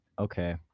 Okay